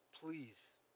Please